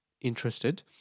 interested